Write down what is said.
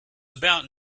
about